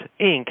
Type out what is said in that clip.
Inc